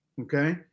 Okay